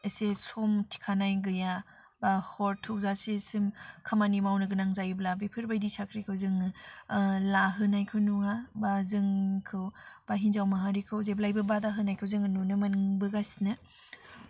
एसे सम थिखानाय गैया बा हरथौजासे जों खामानि मावनो गोनां जायोब्ला बेफोरबायदि साख्रिखौ जोङो लाहोनायखौ नुआ बा जोंखौ बा हिन्जाव माहारिखौ जेब्लायबो बादा होनायखौ जोङो नुनो मोनबोगासिनो